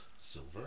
silver